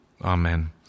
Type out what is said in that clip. Amen